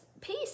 Peace